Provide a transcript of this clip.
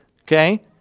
okay